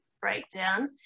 breakdown